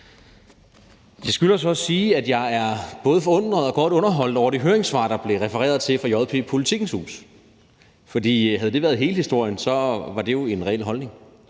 jeg er både forundret og godt underholdt over det høringssvar, der blev refereret til, fra JP/Politikens Hus. For havde det været hele historien, var det jo en reel holdning,